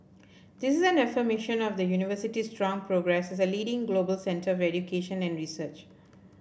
this is an affirmation of the University's strong progress as a leading global centre of education and research